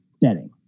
betting